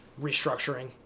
restructuring